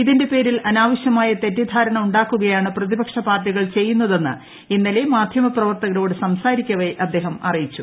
ഇതിന്റെ പേരിൽ അനാവശ്യമായ തെറ്റിദ്ധാരണ ഉണ്ടാക്കുകയാണ് പ്രതിപക്ഷ പാർട്ടികൾ ചെയ്യുന്നതെന്ന് ഇന്നലെ മാധ്യമ പ്രവർത്തകരോട് സംസാരിക്കവേ അദ്ദേഹം അറിയിച്ചു